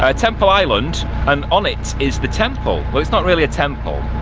ah temple island and on it is the temple, well it's not really a temple.